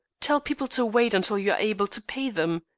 tell people to wait until you are able to pay them.